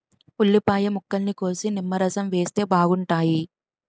ఉల్లిపాయ ముక్కల్ని కోసి నిమ్మరసం వేస్తే బాగుంటాయి